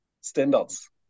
standards